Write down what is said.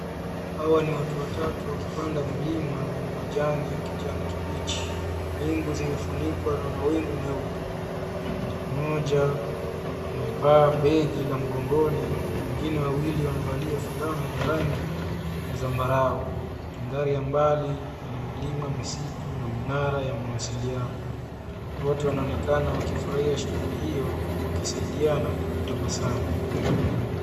Hawa ni watu watatu wakipanda mlima wenye majani ya kijani kibichi. Mbingu zimefunikwa na mawingu meupe. Mmoja amevaa begi la mgongoni. Wengine wawili wamevalia fulana za rangi ya zambarau. Mandhari ya mbali yana milima, misitu na minara ya mawasiliano. Watu wanaonekana wakifurahia shughuli hiyo huku wakisaidiana na kutabasamu.